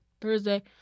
Thursday